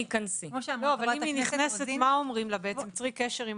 מצוותת בעבירת מין אני גם מצטטת מהסעיף הזה,